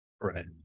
Right